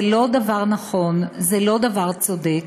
זה לא דבר נכון, זה לא דבר צודק.